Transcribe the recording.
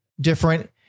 different